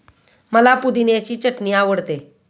मला पुदिन्याची चटणी आवडते